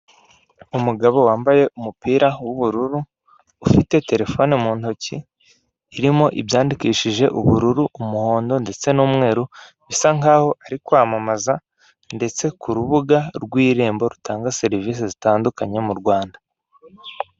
Umugabo wambaye umupira w'ubururu, ufite terefone mu ntoki, irimo ibyandikishije, ubururu, umuhondo, ndetse n'umweru, bisa nk'aho ari kwamamaza ndetse ku rubuga rw'irembo rutanga serivisi zitandukanye mu Rwanda.